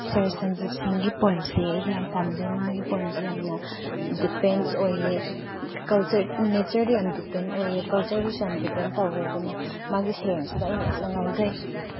ꯁꯥꯔ ꯁꯟꯖꯤꯠ ꯁꯤꯡꯒꯤ ꯄꯣꯏꯝꯁꯦ ꯑꯩꯗꯤ ꯌꯥꯝ ꯄꯥꯝꯖꯩ ꯃꯥꯒꯤ ꯄꯥꯏꯝꯁꯦ ꯌꯥꯝꯅ ꯗꯤꯄꯦꯟ ꯑꯣꯏꯌꯦ ꯀꯜꯆꯔ ꯅꯦꯆꯔꯗ ꯌꯥꯝ ꯗꯤꯄꯦꯟ ꯑꯣꯏꯌꯦ ꯀꯜꯆꯔꯗꯁꯨ ꯌꯥꯝ ꯗꯤꯄꯦꯟ ꯇꯧꯋꯦ ꯑꯗꯨꯅ ꯃꯥꯒꯤ ꯁꯩꯔꯦꯡꯁꯤꯗ ꯑꯩꯅ ꯌꯥꯝ ꯉꯥꯎꯖꯩ